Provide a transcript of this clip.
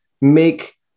make